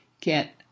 get